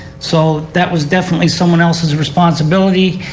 so that was definitely someone else's responsibility.